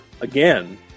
again